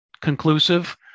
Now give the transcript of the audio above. conclusive